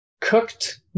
cooked